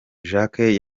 jacques